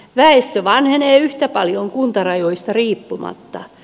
väestö vanhenee yhtä paljon kuntarajoista riippumatta